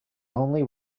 only